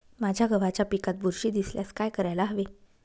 माझ्या गव्हाच्या पिकात बुरशी दिसल्यास काय करायला हवे?